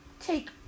take